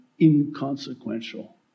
inconsequential